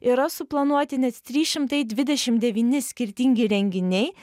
yra suplanuoti net trys šimtai dvidešim devyni skirtingi renginiai